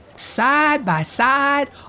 side-by-side